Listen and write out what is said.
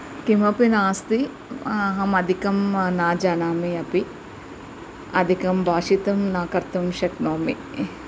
किमपि नास्ति अहम् अधिकं न जानामि अपि अधिकं भाषितं न कर्तुं शक्नोमि